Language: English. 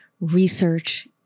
research